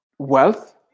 Wealth